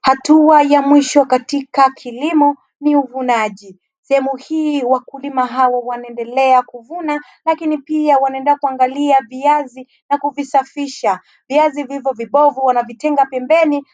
Hatua ya mwisho katika kilimo ni uvunaji. Sehemu hii wakulima hawa wanaendelea kuvuna lakini pia wanaendelea kuangalia viazi na kuvisafisha. Viazi vilivyo vibovu wanavitenga pembeni